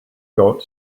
got